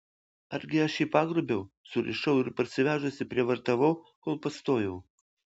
argi aš jį pagrobiau surišau ir parsivežusi prievartavau kol pastojau